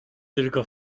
tylko